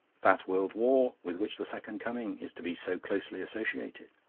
that world war with which the second coming is to be so closely associated.